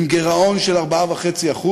עם גירעון של 4.5%,